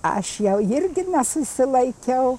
aš jau irgi nesusilaikiau